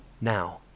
Now